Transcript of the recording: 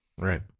Right